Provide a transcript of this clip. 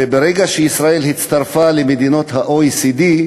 וברגע שישראל הצטרפה למדינות ה-OECD,